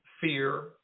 Fear